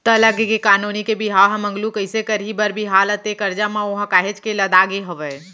त लग गे का नोनी के बिहाव ह मगलू कइसे करही बर बिहाव ला ते करजा म ओहा काहेच के लदागे हवय